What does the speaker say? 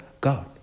God